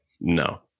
no